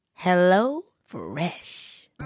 HelloFresh